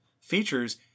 features